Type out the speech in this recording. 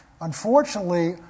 Unfortunately